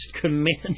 commands